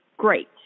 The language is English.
Great